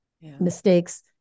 mistakes